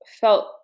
felt